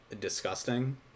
disgusting